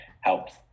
helps